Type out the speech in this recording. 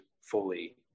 fully